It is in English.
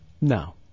No